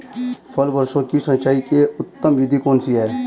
फल वृक्षों की सिंचाई की उत्तम विधि कौन सी है?